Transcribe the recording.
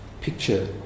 picture